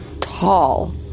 Tall